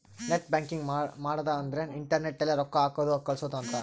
net banking ಮಾಡದ ಅಂದ್ರೆ internet ಅಲ್ಲೆ ರೊಕ್ಕ ಹಾಕೋದು ಕಳ್ಸೋದು ಅಂತ